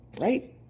Right